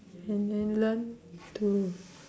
and then learn to